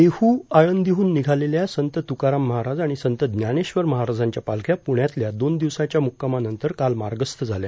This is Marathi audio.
देहू आळंदीहून निघालेल्या संत तुकाराम महाराज आणि संत ज्ञानेश्वर महाराजांच्या पालख्या पुण्यातल्या दोन दिवसांच्या मुक्कामानंतर काल मार्गस्थ झाल्या